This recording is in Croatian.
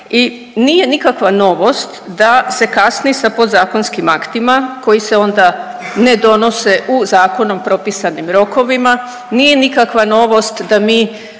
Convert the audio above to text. i nije nikakva novost da se kasni sa podzakonskim aktima koji se onda ne donose u zakonom propisanim rokovima, nije nikakva novost da mi